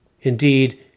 Indeed